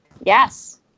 Yes